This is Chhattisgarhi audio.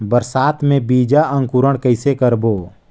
बरसात मे बीजा अंकुरण कइसे करबो?